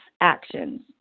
actions